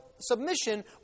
submission